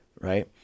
right